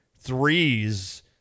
threes